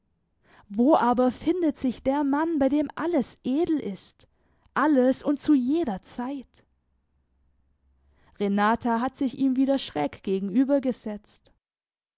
wo aber findet sich der mann bei dem alles edel ist alles und zu jeder zeit renata hat sich ihm wieder schräg gegenüber gesetzt